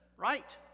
right